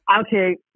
Okay